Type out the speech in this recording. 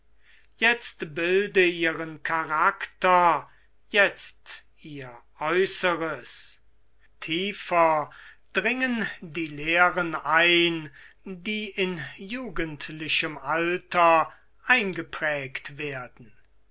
jetzt bilde ihren charakter jetzt ihr aeußeres tiefer bringen die lehren ein die in jugendlichem alter eingeprägt werden